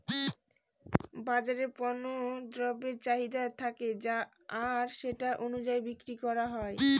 বাজারে পণ্য দ্রব্যের চাহিদা থাকে আর সেটা অনুযায়ী বিক্রি করা হয়